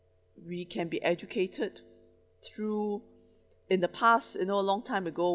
we can be educated through in the past you know long time ago